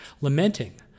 lamenting